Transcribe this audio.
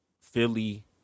Philly